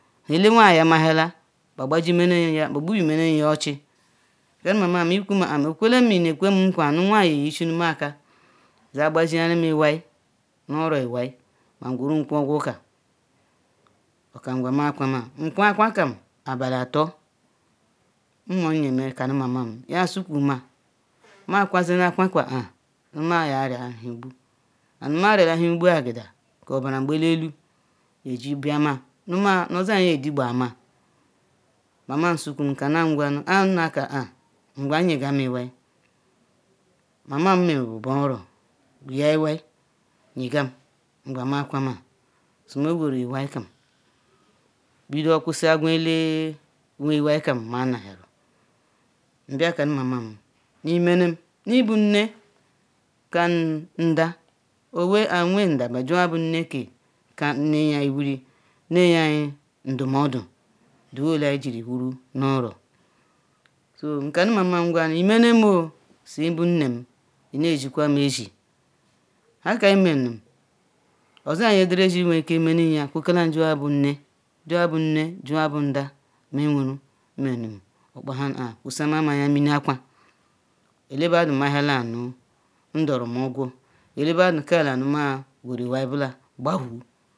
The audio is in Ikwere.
elenwa ya malala ba gbaji me-lem ya, be gbuyimelem ya ochi, nkanu mamam ikuma am, okwelem ma ine kwem nkwa nu nwa je ishinum aka ja gbaziyanum iwai nu oro iwai ma ngwerum kwo ogwa kam, oka ngwa ma kwa ma nkwa akwa kam abali atoh, nwom ye me kanum mamam ya suku ma, ma kwa ze akwa ka ah, nu ma ya-ria ehi ighugby and ma ria-la ehi-igbugbu ya agada, ke obara ngbali-elu ye ji bia ma, nu oza nye je digba ma, Mamam sukum, nkana ngwa nu ag anu na ka ah ngwa anu nye-gam iwai, mamam meru bu bah ora gweya iwai nye gam ngwa ma kwa ma, su ma gweruru iwai kam bidoh kwusi agwa eleh nwe iwai kam ma nahia-ru. N bia kanum mamam nu imenem nu ibu nne ka ndah, oweh iwen ndah but juwa bu nne ke nenyea wuri nneya anyi ndumuodu the whole ayi jiri wuru nu oro. So nkanu mamam ngwanui imenem o su ibu nnem ine zukwam enzih haka imenum oza nye ederezi nweruike menumya kwekalam juwa bu nne, juwa bu nne juwa bu ndah meh nweru menum okpa ha nu ah, kwosamam anya mini akwa elebadu ma hia-la nu ndorum-ogwo, elebadu kalah nu ma gworu iwai bila gbahu